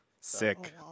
Sick